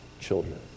children